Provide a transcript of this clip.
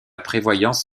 prévoyance